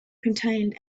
contained